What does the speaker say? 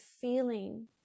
feeling